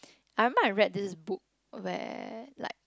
I might have read this book where like